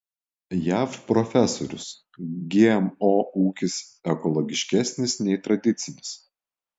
jav profesorius gmo ūkis ekologiškesnis nei tradicinis